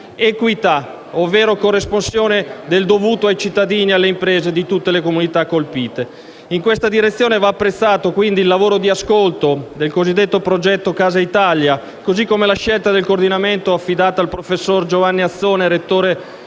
equità, ovvero corresponsione del dovuto ai cittadini e alle imprese di tutte le comunità colpite. In questa direzione va apprezzato il lavoro di ascolto sul cosiddetto progetto Casa Italia, così come la scelta del coordinamento affidata al professor Giovanni Azzone, rettore